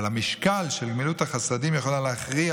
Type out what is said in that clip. אבל המשקל של גמילות החסדים יכול להכריע